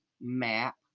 map